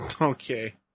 Okay